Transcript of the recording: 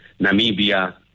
Namibia